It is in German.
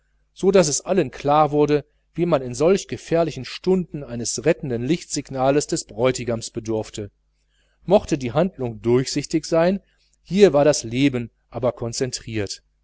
so daß es allen klar wurde wie man in solch gefährlichen stunden eines rettenden lichtsignales des bräutigams bedurfte mochte die handlung durchsichtig sein hier war das leben aber konzentriert